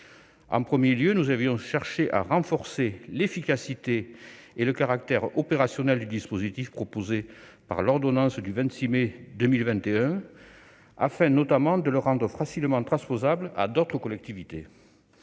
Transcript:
Premier axe, nous avions cherché à renforcer l'efficacité et le caractère opérationnel du dispositif prévu dans l'ordonnance du 26 mai 2021, afin notamment de le rendre facilement transposable à d'autres collectivités.